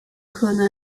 可能